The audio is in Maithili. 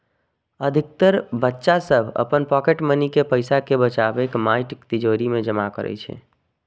अधिकतर बच्चा सभ अपन पॉकेट मनी के पैसा कें बचाके माटिक तिजौरी मे जमा करै छै